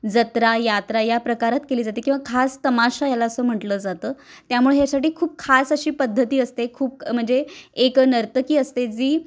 जत्रा यात्रा या प्रकारात केली जाते किंवा खास तमाशा याला असं म्हंटलं जातं त्यामुळे ह्यासाठी खूप खास अशी पद्धती असते खूप म्हणजे एक नर्तकी असते जी